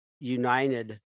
United